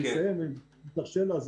ואם תרשה לה,